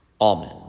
Amen